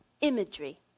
imagery